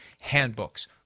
handbooks